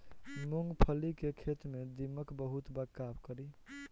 मूंगफली के खेत में दीमक बहुत बा का करी?